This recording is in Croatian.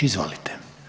Izvolite.